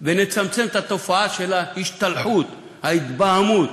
ונצמצם את התופעה של ההשתלחות, ההתבהמות,